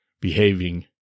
behaving